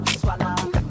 swallow